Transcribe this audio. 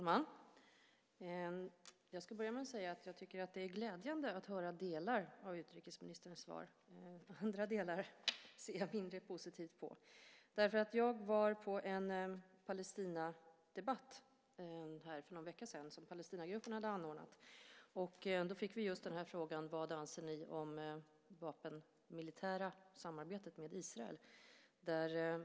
Herr talman! Jag tycker att det är glädjande att höra några delar av utrikesministerns svar; andra delar ser jag mindre positivt på. Jag var på en Palestinadebatt för någon vecka sedan som Palestinagruppen hade anordnat. Där fick vi frågan: Vad anser ni om det vapenmilitära samarbetet med Israel?